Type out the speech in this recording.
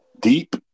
Deep